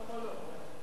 אתה יכול להרחיב בזה?